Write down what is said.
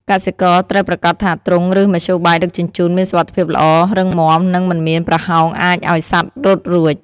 កសិករត្រូវប្រាកដថាទ្រុង ឬមធ្យោបាយដឹកជញ្ជូនមានសុវត្ថិភាពល្អ រឹងមាំ និងមិនមានប្រហោងអាចឱ្យសត្វរត់រួច។